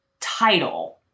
title